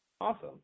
Awesome